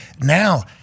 Now